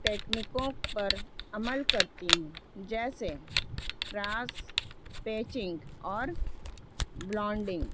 ٹیکنیکوں پر عمل کرتی ہوں جیسے کراس پیچنگ اور بلاڈنگ